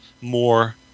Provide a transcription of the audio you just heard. more